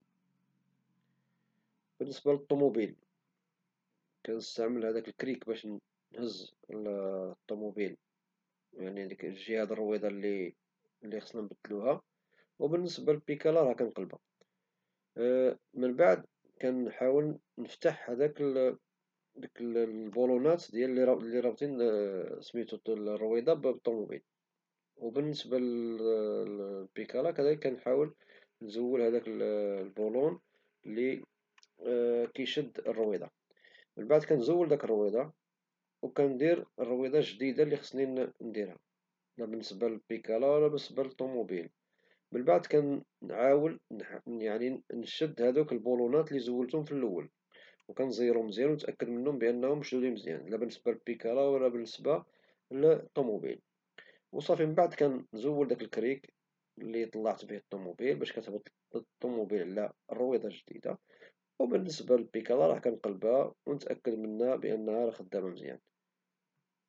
بالنسبة للطوموبيل كنستعمل الكريك باش نهزها من الجهة د الرويدة لي خصنا نبدلوها، وبالنسبة للبيكالا راه كنقلبا ومن بعد كنحاول نفخ ديك البولونات لي رابطين الرويدة بالطوموبيل ، وبالنسبة للبيكالا كنحاول نزول هداك البولون لي كيشد الرويدة، ومن بعد كنزول داك الرويدة وكندير الرويدة الجديدة لا بالنسبة للبيكالا ولا بالنسبة للطوموبيل، من بعد كنحاول نشد هدوك البولونات ليكنت زولت في الأول وكنزيروم مزيان ونتأكد منوم أنهم مشدودين مزيان لا بالنسبة للبيكالا ولا الطوموبيل. وصافي من بعد كنزول داك الكريك لي طلعت به الطوموبيل على الرويدة الجديدة ، وبالنسبة للبيكالا راه كنقلبا ونتأكد راها خدامة مزيان.